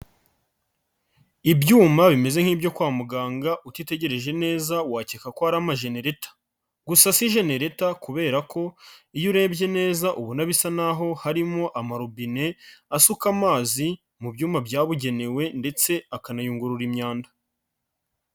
Ibyuma bimeze nk'ibyo kwa muganga, utitegereje neza wakeka ko hari amajenereta gusa si genereta kubera ko iyo urebye neza ubona bisa n'aho harimo amarobine asuka amazi mu byuma, byabugenewe ndetse akanayungurura imyanda.